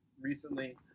recently